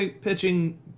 pitching